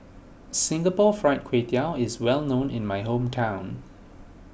Singapore Fried Kway Tiao is well known in my hometown